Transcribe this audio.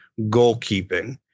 goalkeeping